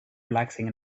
relaxing